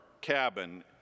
cabin